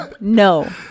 no